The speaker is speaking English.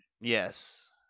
Yes